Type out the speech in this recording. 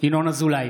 ינון אזולאי,